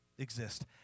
exist